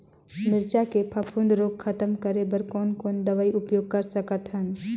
मिरचा के फफूंद रोग खतम करे बर कौन कौन दवई उपयोग कर सकत हन?